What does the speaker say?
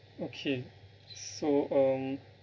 okay so um